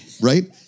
right